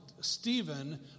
Stephen